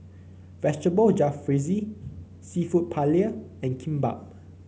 Vegetable Jalfrezi seafood Paella and Kimbap